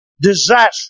disaster